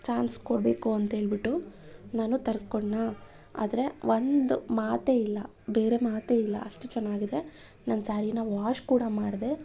chance ಕೊಡಬೇಕು ಅಂತ ಹೇಳಿಬಿಟ್ಟು ನಾನು ತರಿಸ್ಕೊಂಡೆನಾ ಆದರೆ ಒಂದು ಮಾತೆ ಇಲ್ಲ ಬೇರೆ ಮಾತೆ ಇಲ್ಲ ಅಷ್ಟು ಚೆನ್ನಾಗಿದೆ ನಾನು ಸ್ಯಾರೀನ ವಾಷ್ ಕೂಡ ಮಾಡಿದೆ